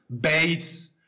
base